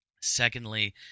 Secondly